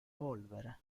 polvere